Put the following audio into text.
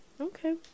okay